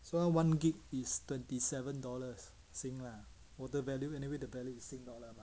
so now one gig is twenty seven dollars sing lah total value anyway the value is sing dollar